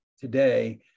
today